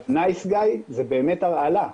ה"נייס גאי" זה באמת הרעלה,